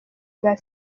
bwa